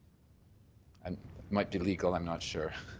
um might be legal, i'm not sure. a